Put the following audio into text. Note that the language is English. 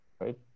right